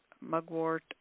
mugwort